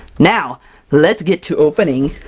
now let's get to opening